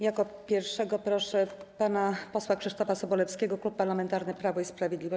Jako pierwszego proszę pana posła Krzysztofa Sobolewskiego, Klub Parlamentarny Prawo i Sprawiedliwość.